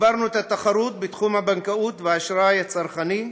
הגברנו את התחרות בתחום הבנקאות והאשראי הצרכני,